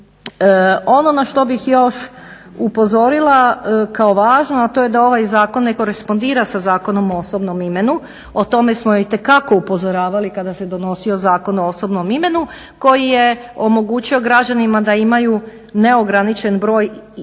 Ono na što bih još upozorila kao važno, a to je da ovaj zakon ne korespondira sa Zakonom o osobnom imenu, o tome smo itekako upozoravali kada se donosio Zakon o osobnom imenu koji je omogućio građanima da imaju neograničeni broj riječi